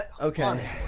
Okay